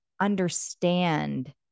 understand